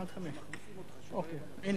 השלטון